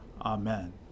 Amen